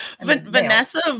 Vanessa